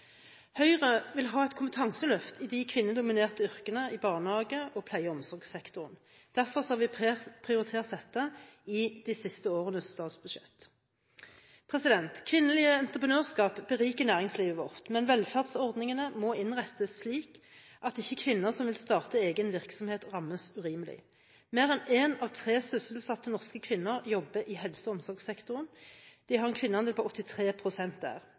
Høyre vil ha et kompetanseløft i de kvinnedominerte yrkene i barnehage og pleie- og omsorgssektoren. Derfor har vi prioritert dette i de siste årenes statsbudsjett. Kvinnelig entreprenørskap beriker næringslivet vårt, men velferdsordningene må innrettes slik at ikke kvinner som vil starte egen virksomhet, rammes urimelig. Mer enn en av tre sysselsatte norske kvinner jobber i helse- og omsorgssektoren. De har en kvinneandel på 83 pst. der.